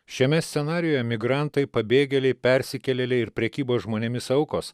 šiame scenarijuje migrantai pabėgėliai persikėlėliai ir prekybos žmonėmis aukos